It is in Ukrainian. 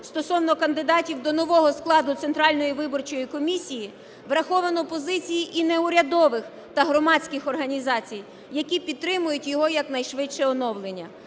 стосовно кандидатів до нового складу Центральної виборчої комісії враховано позиції і неурядових та громадських організацій, які підтримують його як найшвидше оновлення.